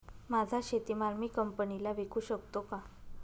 माझा शेतीमाल मी कंपनीला विकू शकतो का?